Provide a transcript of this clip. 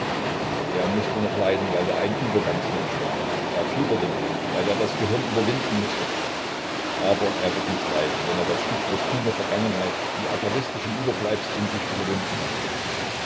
er mußte noch leiden weil er ein übergangsmensch war er fieberte noch weil er das gehirn überwinden mußte aber er wird nicht leiden wenn er das stück posthumer vergangenheit die atavistischen überbleibsel in sich überwunden hat